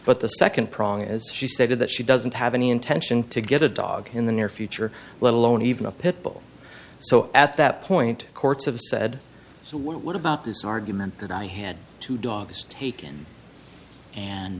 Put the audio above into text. but the second prong is she said that she doesn't have any intention to get a dog in the near future let alone even a pit bull so at that point courts have said what about this argument that i had two dogs taken and